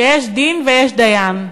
שיש דין ויש דיין.